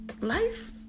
life